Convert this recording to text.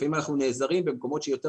לפעמים אנחנו נעזרים במקומות שיותר